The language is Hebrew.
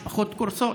משפחות קורסות.